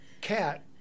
cat